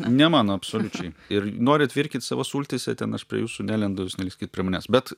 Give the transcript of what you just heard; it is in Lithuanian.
ne mano absoliučiai ir norit virkit savo sultyse ten aš prie jūsų nelendu jūs nelįskit prie manęs bet